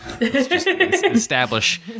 Establish